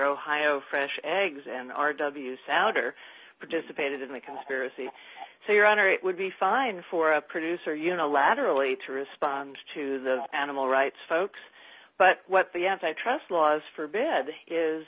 ohio fresh eggs an r w souter participated in a conspiracy so your honor it would be fine for a producer unilaterally to respond to the animal rights folks but what the antitrust laws for bed is